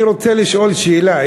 אני רוצה לשאול שאלה.